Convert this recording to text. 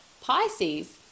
Pisces